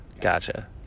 gotcha